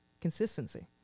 consistency